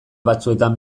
batzuetan